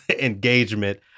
engagement